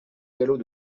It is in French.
galop